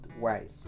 wise